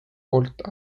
poolt